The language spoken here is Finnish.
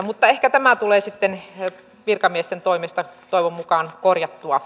mutta ehkä tämä tulee sitten virkamiesten toimesta toivon mukaan korjattua